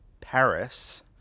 Paris